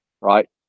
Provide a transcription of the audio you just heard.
right